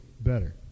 better